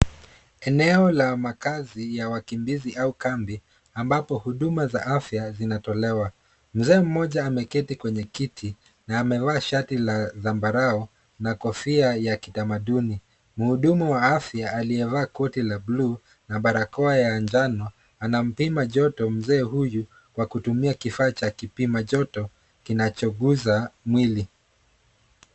Eneo la makazi ya wakimbizi au kambi ambapo huduma za afya zinatolewa. Mzee mmoja ameketi kwenye kiti na amevaa shati la zambarau na kofia ya kitamaduni. Mhudumu wa afya aliyevaa koti la blue na barakoa ya njano, anampima joto mzee huyu kwa kutumia kifaa cha kipima joto kinachogusa mwili.